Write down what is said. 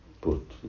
put